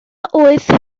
oedd